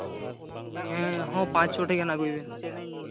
ᱦᱮᱸ ᱦᱳ ᱯᱟᱸᱪ ᱪᱷᱚᱴᱤ ᱜᱟᱱ ᱟᱹᱜᱩᱭ ᱵᱤᱱ